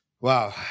Wow